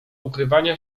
ukrywania